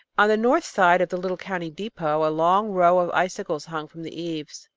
on the north side of the little country depot a long row of icicles hung from the eaves.